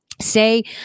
say